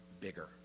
bigger